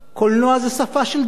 קולנוע זה שפה של דור,